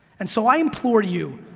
and so, i implore you,